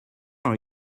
are